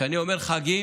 כשאני אומר חגים,